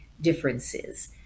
differences